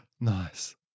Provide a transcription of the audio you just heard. Nice